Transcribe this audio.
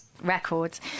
records